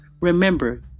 Remember